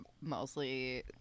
mostly